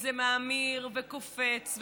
וזה מאמיר וקופץ,